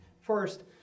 First